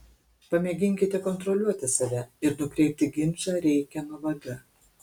pamėginkite kontroliuoti save ir nukreipti ginčą reikiama vaga